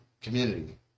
community